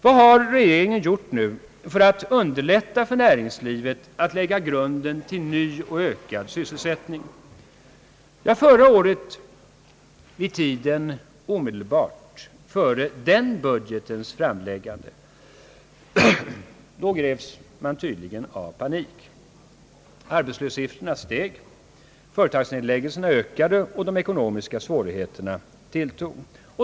Vad har nu regeringen gjort för att underlätta för näringslivet att lägga grunden till ny och ökad sysselsättning? Förra året vid tiden omedelbart före den budgetens framläggande greps man tydligen av panik. Arbetslöshetssiffrorna steg, företagsnedläggelserna ökade och de ekonomiska svårigheterna tilltog.